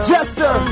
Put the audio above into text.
Jester